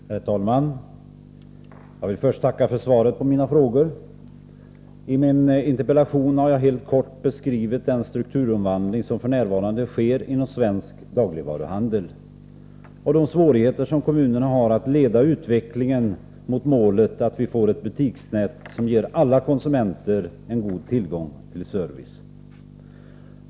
Herr talman! Jag vill först tacka för svaret på mina frågor. I min interpellation har jag kort beskrivit den strukturomvandling som f. n. sker inom svensk dagligvaruhandel och de svårigheter som kommunerna har när det gäller att leda utvecklingen mot målet att få ett butiksnät som ger alla konsumenter en god tillgång till service.